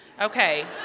Okay